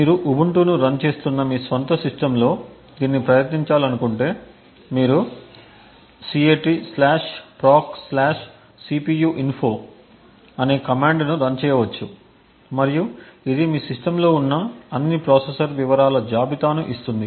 మీరు ఉబుంటును రన్ చేస్తున్న మీ స్వంత సిస్టమ్లో దీన్ని ప్రయత్నించాలనుకుంటే మీరు catproccpuinfo అనే కమాండ్ను రన్ చేయవచ్చు మరియు ఇది మీ సిస్టమ్లో ఉన్న అన్ని ప్రాసెసర్ వివరాల జాబితాను ఇస్తుంది